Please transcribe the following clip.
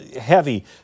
heavy